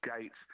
Gates